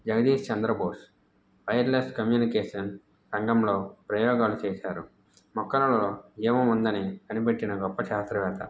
Jagadish Chandrabose wireless communication రంగంలో ప్రయోగాలు చేశారు మొక్కలలో జీవం ఉందని కనిపెట్టిన గొప్ప శాస్త్రవేత్త